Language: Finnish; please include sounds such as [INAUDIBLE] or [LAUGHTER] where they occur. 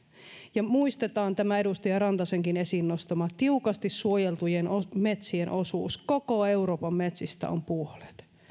ja muistetaan edustaja rantasenkin esiin nostama tiukasti suojeltujen metsien osuus joka on koko euroopan metsistä puolet [UNINTELLIGIBLE]